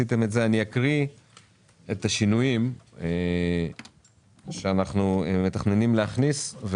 אני אקריא את השינויים שאנחנו מתכננים להכניס.